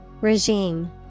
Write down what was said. Regime